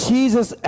Jesus